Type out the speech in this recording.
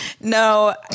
No